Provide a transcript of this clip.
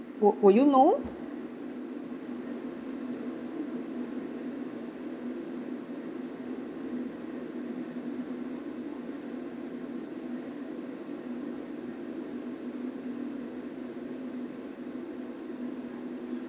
would would you know